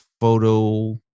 photo